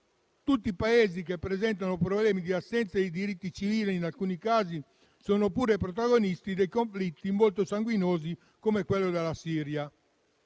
Tutti Paesi che presentano problemi di assenza di diritti civili e, in alcuni casi, sono pure protagonisti di conflitti molto sanguinosi, come quello della Siria.